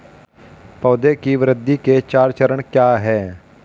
पौधे की वृद्धि के चार चरण क्या हैं?